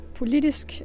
politisk